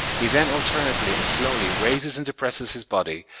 he then alternately and slowly raises and depresses his body,